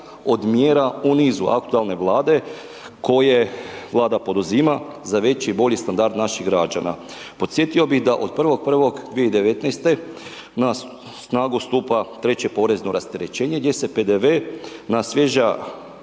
od mjera u nizu aktualne vlade, koje vlada poduzima za veći i bolji standard naših građana podsjetio bi da od 1.1.2019. na snagu stupa 3 porezno rasterećenje gdje se PDV na svježa